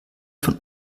von